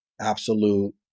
absolute